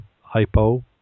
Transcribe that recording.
hypo